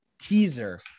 teaser